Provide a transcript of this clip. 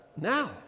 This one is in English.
now